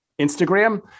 Instagram